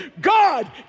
God